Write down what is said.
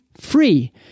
free